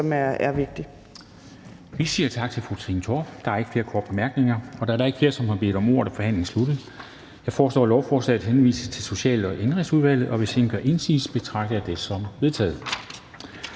som er vigtigt.